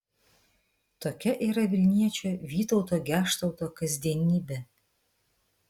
tokia yra vilniečio vytauto geštauto kasdienybė